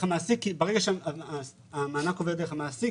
המעסיק כי ברגע שהמענק עובר דרך המעסיק,